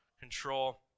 control